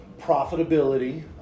profitability